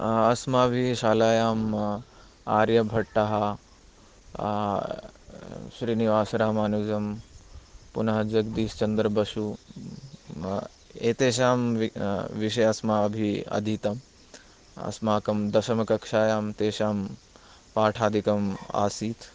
अस्माभिः शालायाम् आर्यभट्टः श्रीनिवासरामानुजं पुनः जगदीशचन्द्र बोस् एतेषां विषये अस्माभिः अधीतम् अस्माकं दशमकक्षायां तेषां पाठादिकम् आसीत्